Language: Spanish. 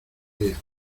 días